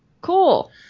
cool